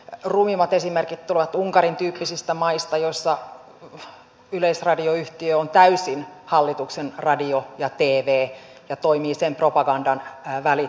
rumimmat esimerkit ovat unkarin tyyppisistä maista joissa yleisradioyhtiö on täysin hallituksen radio ja tv ja toimii sen propagandan välittäjänä